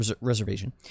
reservation